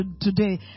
today